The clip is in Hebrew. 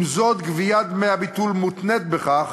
עם זאת, גביית דמי הביטול מותנית בכך